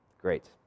Great